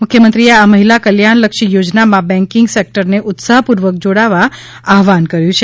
મુખ્યમંત્રીએ આ મહિલા કલ્યાણલક્ષી યોજનામાં બેન્કિંગ સેક્ટરને ઉત્સાહપૂર્વક જોડાવા આહવાન કર્યું છે